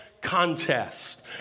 contest